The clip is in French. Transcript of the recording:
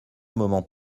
moment